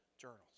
journals